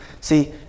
See